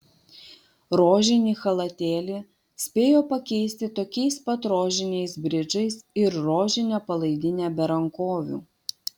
rožinį chalatėlį spėjo pakeisti tokiais pat rožiniais bridžais ir rožine palaidine be rankovių